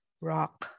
rock